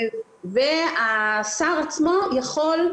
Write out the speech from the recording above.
השר עצמו יכול,